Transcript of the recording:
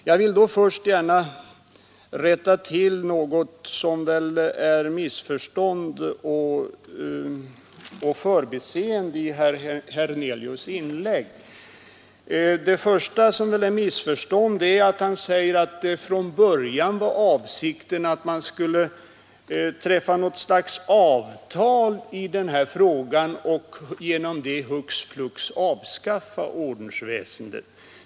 Jag vill försöka rätta till vad som måste vara missförstånd och förbiseenden i herr Hernelius” inlägg. Det första som torde vara ett mi början var avsikten att man skulle träffa något slags avtal i den här frågan och genom det hux flux avskaffa ordensväsendet.